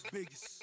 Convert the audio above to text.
Biggest